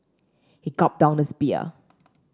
he gulped down his beer